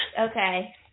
Okay